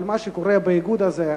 אבל מה שקורה באיגוד הזה,